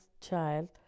child